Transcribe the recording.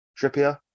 Trippier